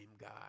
God